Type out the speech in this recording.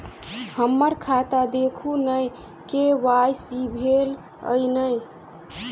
हम्मर खाता देखू नै के.वाई.सी भेल अई नै?